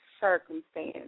circumstance